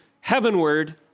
heavenward